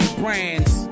brands